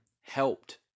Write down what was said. helped